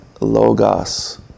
Logos